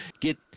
get